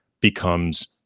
becomes